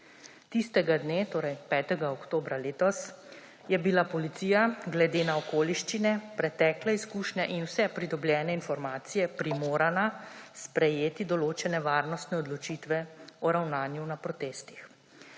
Tistega dne, torej 5. oktobra letos, je bila policija glede na okoliščine, pretekle izkušnje in vse pridobljene informacije primorana sprejeti določene varnostne odločitve o ravnanju na protestih.